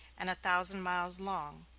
and a thousand miles long.